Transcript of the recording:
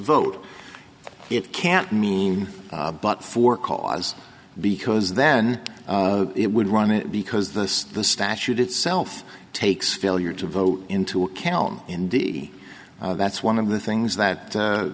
vote it can mean but for cause because then it would run it because this the statute itself takes failure to vote into account in the that's one of the things